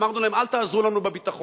אמרנו להם: אל תעזרו לנו בביטחון,